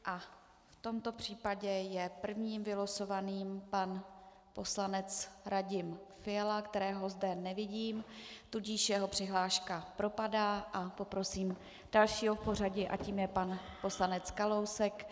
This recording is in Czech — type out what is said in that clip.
V tomto případě je prvním vylosovaným pan poslanec Radim Fiala, kterého zde nevidím, tudíž jeho přihláška propadá, a poprosím dalšího v pořadí a tím je pan poslanec Kalousek.